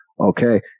Okay